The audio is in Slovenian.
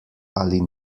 ali